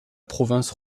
province